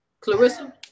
Clarissa